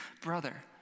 brother